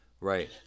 Right